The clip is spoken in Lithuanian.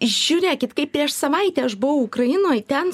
žiūrėkit kaip prieš savaitę aš buvau ukrainoj ten